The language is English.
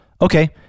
Okay